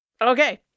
Okay